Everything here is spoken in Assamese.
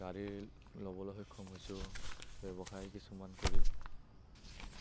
গাড়ী ল'বলৈ সক্ষম হৈছোঁ ব্যৱসায় কিছুমান কৰি